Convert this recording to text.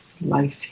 life